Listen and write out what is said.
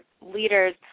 leader's